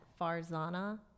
Farzana